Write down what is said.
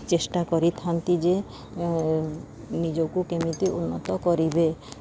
ଚେଷ୍ଟା କରିଥାନ୍ତି ଯେ ନିଜକୁ କେମିତି ଉନ୍ନତ କରିବେ